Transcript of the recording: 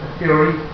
theory